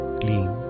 clean